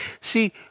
See